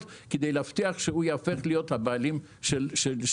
כדי להבטיח שהוא יהפוך להיות בעלי הדירה.